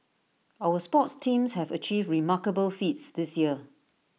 our sports teams have achieved remarkable feats this year